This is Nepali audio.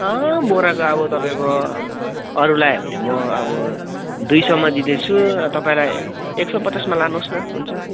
अँ बोराको अब तपाईँको अरूलाई हो भने म अब दुई सौमा दिँदैछु एक सौ पचासमा लानुहोस् न हुन्छ